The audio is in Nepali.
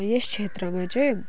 यस क्षेत्रमा चाहिँ